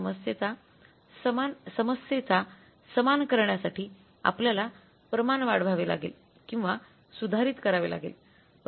5 आहे म्हणून त्या समस्येचा सामना करण्यासाठी आपल्याला प्रमाण वाढवावे लागेल किंवा सुधारित करावे लागेल